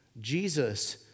Jesus